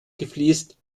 gefliest